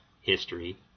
history